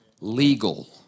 legal